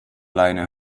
leine